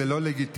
זה לא לגיטימי,